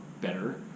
better